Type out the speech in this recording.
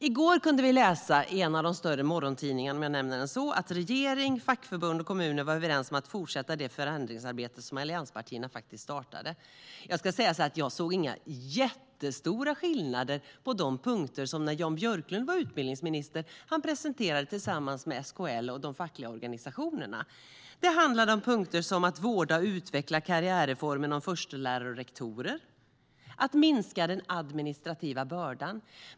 I går kunde vi läsa i en av de större morgontidningarna att regering, fackförbund och kommuner var överens om att fortsätta det förändringsarbete som allianspartierna faktiskt startade. Jag såg inga jättestora skillnader på de punkter som Jan Björklund när han var utbildningsminister presenterade tillsammans med SKL och de fackliga organisationerna. Det handlar om punkter som att vårda och utveckla karriärreformen om förstelärare och rektorer och att minska den administrativa bördan.